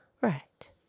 Right